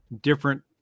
different